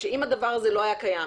שאם הדבר הזה לא היה קיים,